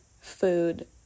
food